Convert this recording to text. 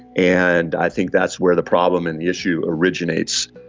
and i think that's where the problem and the issue originates.